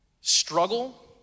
struggle